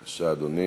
בבקשה, אדוני.